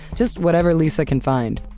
just whatever lisa can find.